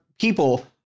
people